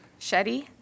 Shetty